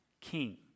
king